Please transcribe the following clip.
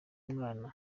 mwana